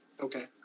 Okay